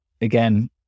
again